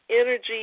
energy